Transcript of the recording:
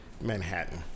Manhattan